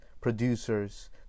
producers